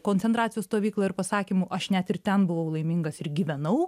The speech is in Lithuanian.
koncentracijos stovykla ir pasakymu aš net ir ten buvau laimingas ir gyvenau